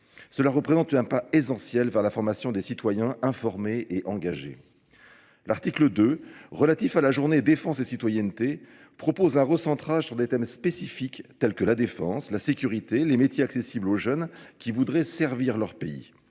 Cela représente un pas essentiel vers la formation des citoyens informés et engagés. L'article 2, relatif à la journée Défense et citoyenneté, propose un recentrage sur des thèmes spécifiques tels que la défense, la sécurité, les métiers accessibles aux jeunes qui voudraient servir leur pays.